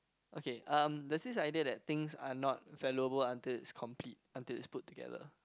okay um there's this idea that things are not valuable until it's complete until it's put together